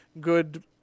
good